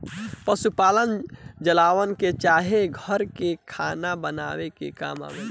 पुआल के जलावन में चाहे घर में खाना बनावे के काम आवेला